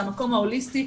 זה המקום ההוליסטי,